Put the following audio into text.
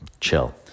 chill